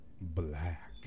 Black